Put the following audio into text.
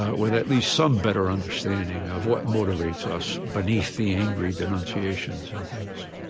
with at least some better understanding of what motivates us beneath the angry denunciations and things?